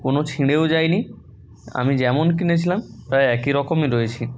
কোনো ছিঁড়েও যায়নি আমি যেমন কিনেছিলাম প্রায় একই রকমই রয়েছে